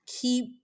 keep